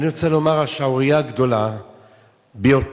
אני רוצה לומר: השערורייה הגדולה ביותר